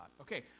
Okay